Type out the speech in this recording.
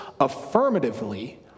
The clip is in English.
affirmatively